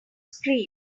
screen